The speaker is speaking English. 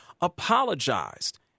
apologized